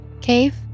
cave